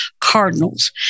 Cardinals